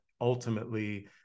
Ultimately